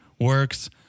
works